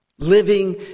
living